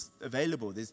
available